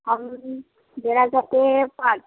हम देना चाहते हैं पाँच